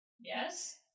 Yes